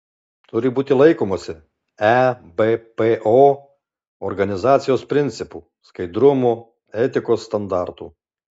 turi būti laikomasi ebpo organizacijos principų skaidrumo etikos standartų